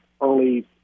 early